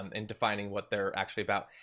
um in defining what they're actually about.